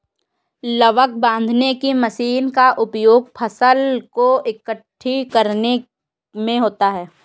लावक बांधने की मशीन का उपयोग फसल को एकठी करने में होता है